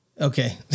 Okay